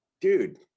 dude